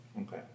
Okay